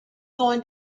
going